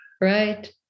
Right